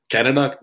Canada